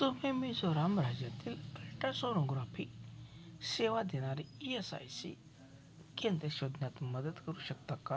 तुम्ही मिझोराम राज्यातील अल्ट्रासोनोग्राफी सेवा देणारी ई एस आय सी केंद्रे शोधण्यात मदत करू शकता का